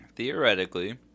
Theoretically